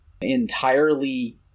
entirely